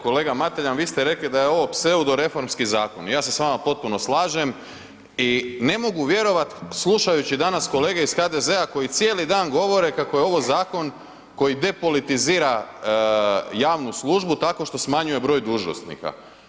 Kolega Mateljan vi ste rekli da je ovo pseudoreformski zakon i ja se s vama potpuno slažem i ne mogu vjerovati slušajući danas kolege iz HDZ-a koji cijeli dan govore kako je ovo zakon koji depolitizira javnu službu tako što smanjuje broj dužnosnika.